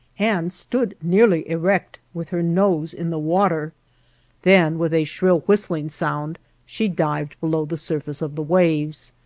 and stood nearly erect with her nose in the water then with a shrill whistling sound she dived below the surface of the waves.